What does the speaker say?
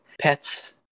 Pet's